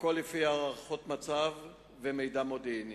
הכול לפי הערכות מצב ומידע מודיעיני.